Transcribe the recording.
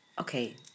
Okay